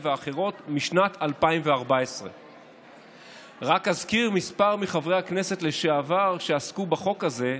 ואחרות משנת 2014. רק אזכיר כמה מחברי הכנסת לשעבר שעסקו בחוק הזה: